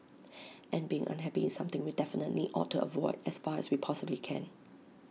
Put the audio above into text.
and being unhappy is something we definitely ought to avoid as far as we possibly can